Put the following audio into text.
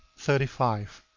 thirty five.